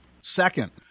Second